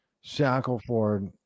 Shackleford